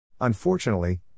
Unfortunately